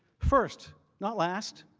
first, not last